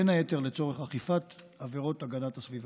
בין היתר לצורך אכיפת עבירות הגנת הסביבה.